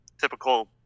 typical